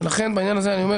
לכן בעניין הזה אני אומר